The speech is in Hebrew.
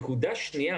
שנית,